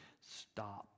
stop